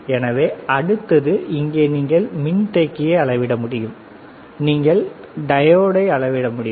எனவே அடுத்தது இங்கே நீங்கள் மின்தேக்கியை அளவிட முடியும் நீங்கள் டையோடை அளவிட முடியும்